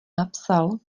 napsal